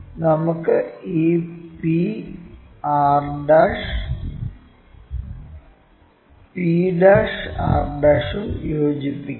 നമുക്ക് ഈ p r ഉം p r ഉം യോജിപ്പിക്കാം